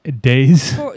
days